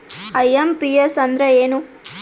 IMPS ಅಂದ್ರ ಏನು?